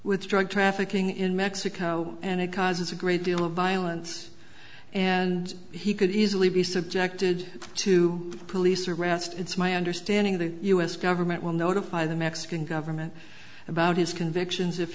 drug trafficking in mexico and it causes a great deal of violence and he could easily be subjected to a police arrest it's my understanding the u s government will notify the mexican government about his convictions if